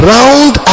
Round